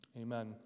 Amen